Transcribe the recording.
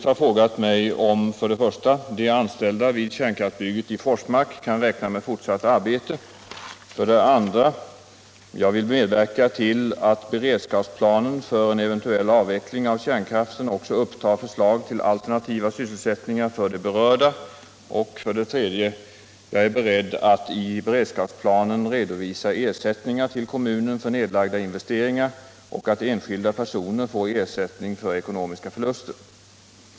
Herr talman! Herr Hjorth har frågat mig 2. om jag vill medverka till att beredskapsplanen för en eventuell avveckling av kärnkraften också upptar förslag till alternativa sysselsättningar för de berörda och 3. om jag är beredd att i beredskapsplanen redovisa ersättningar till kommunen för nedlagda investeringar och att enskilda personer får ersättning för ekonomiska förluster.